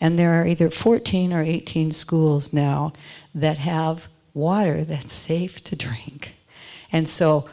and there are either fourteen or eighteen schools now that have water they're safe to drink and so